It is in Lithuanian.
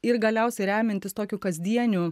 ir galiausiai remiantis tokiu kasdieniu